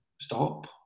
Stop